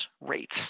rates